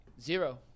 Zero